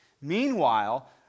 Meanwhile